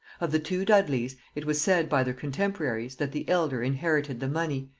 of the two dudleys it was said by their contemporaries, that the elder inherited the money,